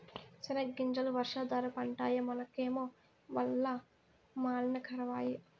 సెనగ్గింజలు వర్షాధార పంటాయె మనకేమో వల్ల మాలిన కరవాయె